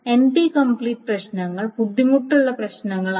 N P complete പ്രശ്നങ്ങൾ ബുദ്ധിമുട്ടുള്ള പ്രശ്നങ്ങളാണ്